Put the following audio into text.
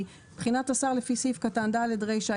בחינת השר לפי סעיף קטן (ד) רישה,